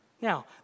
Now